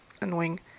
annoying